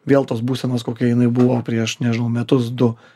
vėl tos būsenos kokia jinai buvo prieš nežinau metus du